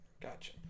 Gotcha